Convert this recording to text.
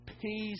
peace